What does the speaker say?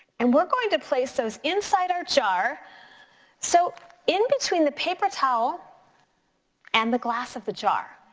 and we're going to place those inside our jar so in between the paper towel and the glass of the jar.